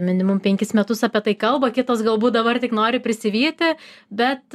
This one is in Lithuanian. minimum penkis metus apie tai kalba kitos galbūt dabar tik nori prisivyti bet